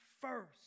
first